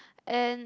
and